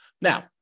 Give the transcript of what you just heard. now